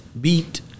Beat